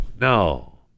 no